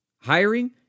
Hiring